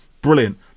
Brilliant